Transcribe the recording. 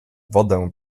wodę